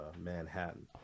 Manhattan